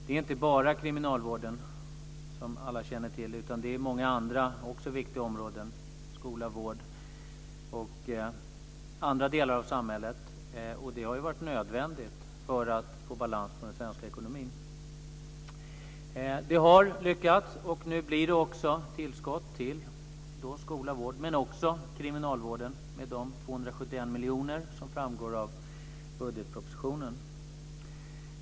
Det är inte bara inom kriminalvården, som alla känner till, utan inom många andra viktiga områden såsom skola och vård och andra delar av samhället. Det har varit nödvändigt för att få balans i den svenska ekonomin. Det har lyckats, och nu blir det tillskott till skola och vård, och också till kriminalvården med de 271 miljoner som framgår av budgetpropositionen.